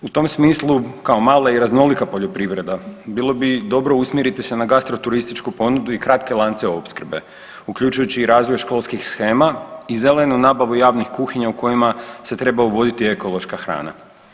U tom smislu kao mala i raznolika poljoprivreda bilo bi dobro usmjeriti se na gastro turističku ponudu i kratke lance opskrbe uključujući i razvoj školskih shema i zelenu nabavu javnih kuhinja u kojima se treba uvoditi ekološka hrana.